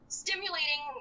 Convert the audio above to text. stimulating